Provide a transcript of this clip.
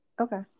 Okay